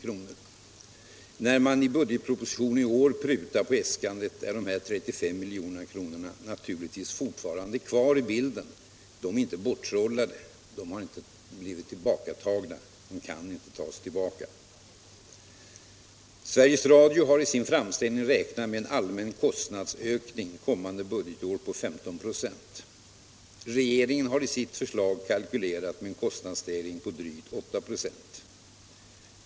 När regeringen i budgetpropositionen i år har prutat på äskandet, är de här 35 miljonerna naturligtvis fortfarande kvar i bilden. De är inte borttrollade. De har inte blivit tillbakatagna. De kan inte tas tillbaka. Sveriges Radio har i sin framställning räknat med allmänna kostnadsökningar under kommande budgetår på 15 96. Regeringen har i sitt förslag kalkylerat med en kostnadsstegring på drygt 8 96.